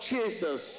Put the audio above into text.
Jesus